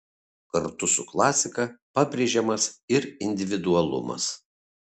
kartu su klasika pabrėžiamas ir individualumas